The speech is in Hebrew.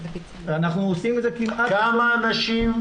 אנחנו עושים את זה --- כמה אנשים,